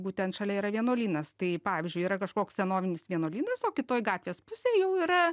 būtent šalia yra vienuolynas tai pavyzdžiui yra kažkoks senovinis vienuolynas o kitoj gatvės pusėj jau yra